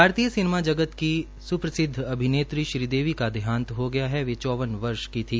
भारतीय सिनेमा जगत की सुप्रसिद्ध अभिनेत्री श्रीदी का देहांत हो गया है वे चौवन वर्ष की थी